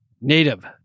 Native